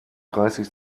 dreißig